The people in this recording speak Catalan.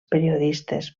periodistes